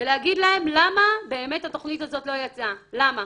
להגיד להם למה באמת התכנית הזאת לא יצאה, למה?